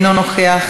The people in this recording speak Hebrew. מוותר.